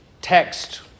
text